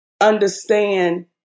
understand